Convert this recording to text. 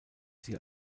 sie